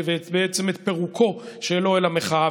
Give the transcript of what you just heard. ובעצם את פירוקו של אוהל המחאה.